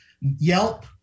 Yelp